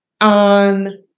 on